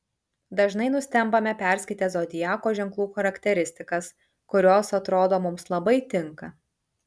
dažnai nustembame perskaitę zodiako ženklų charakteristikas kurios atrodo mums labai tinka